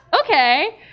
okay